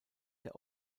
der